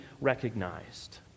recognized